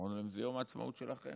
אמרו להם: זה יום העצמאות שלכם.